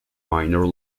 minor